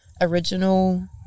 original